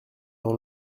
dans